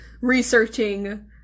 researching